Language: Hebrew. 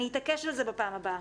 אני אתעקש על זה בפעם הבאה.